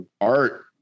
Art